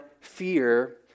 fear